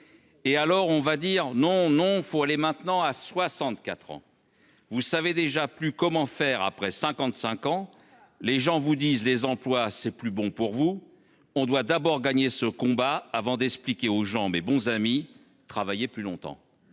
Et alors, on va dire non non faut aller maintenant à 64 ans. Vous savez déjà plus comment faire. Après 55 ans, les gens vous disent les emplois c'est plus bon pour vous. On doit d'abord gagner ce combat avant d'expliquer aux gens mes bons amis travaillez plus longtemps.